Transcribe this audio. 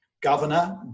governor